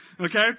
Okay